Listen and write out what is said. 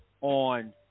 on